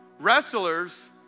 wrestlers